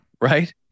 right